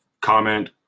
comment